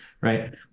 right